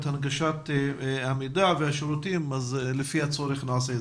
הנגשת המידע והשירותים אז נעשה זאת לפי הצורך.